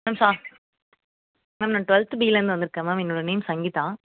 ma'am சா ma'am நான் twelfth பிலேருந்து வந்திருக்கேன் மேம் என்னோடய நேம் சங்கீதா